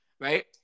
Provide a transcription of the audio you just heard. right